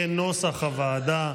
כנוסח הוועדה.